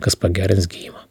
kas pagerins gijimą